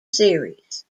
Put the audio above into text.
series